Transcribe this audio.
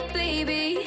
baby